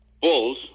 Bulls